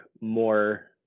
more